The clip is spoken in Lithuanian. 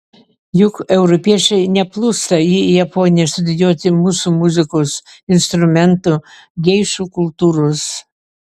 juk europiečiai neplūsta į japoniją studijuoti mūsų muzikos instrumentų geišų kultūros